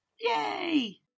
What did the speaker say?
Yay